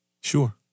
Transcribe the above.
Sure